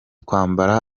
kwambara